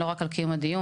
לא רק על קיום הדיון,